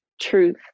truth